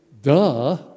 Duh